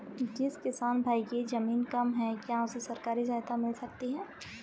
जिस किसान भाई के ज़मीन कम है क्या उसे सरकारी सहायता मिल सकती है?